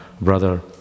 brother